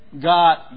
God